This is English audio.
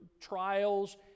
trials